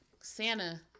Santa